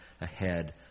ahead